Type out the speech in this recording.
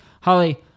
Holly